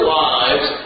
lives